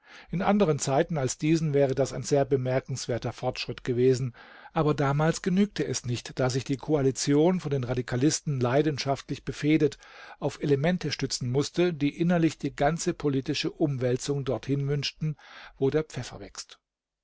in andern zeiten als diesen wäre das ein sehr bemerkenswerter fortschritt gewesen aber damals genügte es nicht da sich die koalition von den radikalisten leidenschaftlich befehdet auf elemente stützen mußte die innerlich die ganze politische umwälzung dorthin wünschten wo der pfeffer wächst